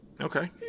Okay